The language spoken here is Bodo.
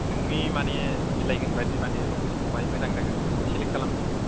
नोंनि माने मिलायगोन बायदि माने लकेस'ना बबेहाय मोजां जागोन बिदिखौ सेलेक्ट खालामदो